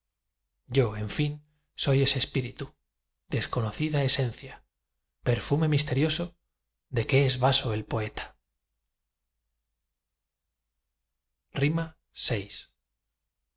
yo en fin soy ese espíritu desconocida esencia perfume misterioso de que es vaso el poeta vi como